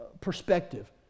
perspective